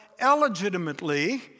illegitimately